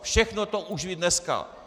Všechno to už ví dneska.